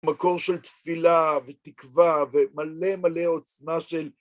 מקור של תפילה ותקווה ומלא מלא עוצמה של...